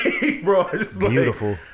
Beautiful